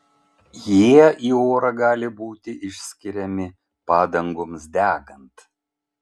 jie į orą gali būti išskiriami padangoms degant